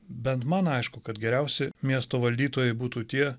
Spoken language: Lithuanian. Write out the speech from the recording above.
bent man aišku kad geriausi miesto valdytojai būtų tie